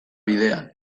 bidean